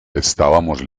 estábamos